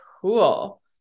cool